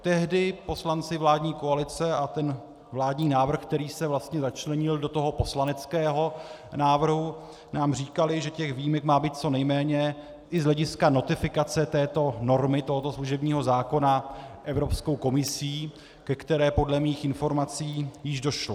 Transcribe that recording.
Tehdy poslanci vládní koalice, a ten vládní návrh, který se vlastně začlenil do toho poslaneckého návrhu nám říkali, že těch výjimek má být co nejméně i z hlediska notifikace této normy, tohoto služebního zákona, Evropskou komisí, ke které podle mých informací již došlo.